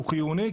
הוא חיוני,